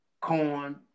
corn